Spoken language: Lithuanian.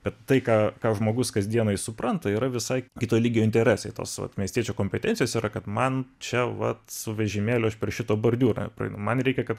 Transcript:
bet tai ką ką žmogus kasdienai supranta yra visai kito lygio interesai tausoti miestiečių kompetencijos yra kad man čia vat su vežimėliu per šitą bordiūrą man reikia kad